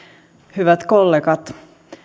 hyvät kollegat